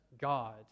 God